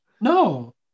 No